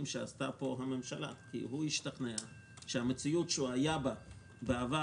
שעשתה פה הממשלה כי הוא השתכנע שהמציאות שהיה בה בעבר,